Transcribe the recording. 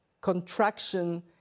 contraction